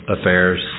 affairs